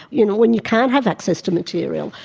you know when you can have access to material,